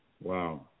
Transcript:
Wow